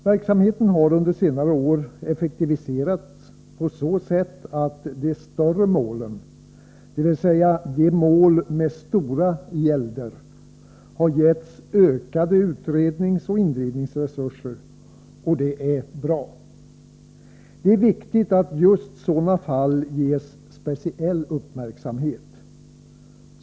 Verksamheten har under senare år effektiviserats på så sätt att de större målen, dvs. mål med stora gälder, har getts ökade utredningsoch indrivningsresurser, och det är bra. Det är viktigt att just sådana fall ges speciell uppmärksamhet.